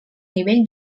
nivell